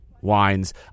wines